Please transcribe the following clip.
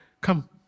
come